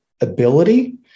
ability